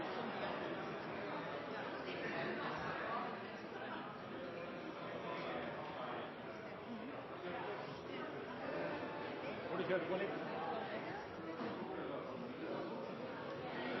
muligheter. Ja, det er